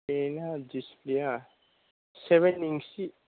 बेना दिसफ्लेआ सेभेन इन्सि